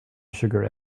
sugar